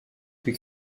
que